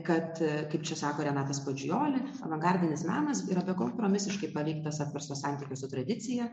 kad kaip čia sako renatas pačioli avangardinis menas yra bekompromisiškai paveiktas apverstų santykių su tradicija